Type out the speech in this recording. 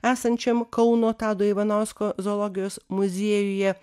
esančiam kauno tado ivanausko zoologijos muziejuje